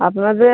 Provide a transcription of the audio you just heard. আপনাদের